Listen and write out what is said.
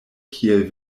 kiel